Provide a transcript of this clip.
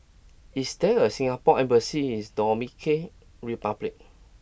is there a Singapore embassy is Dominican Republic